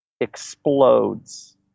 explodes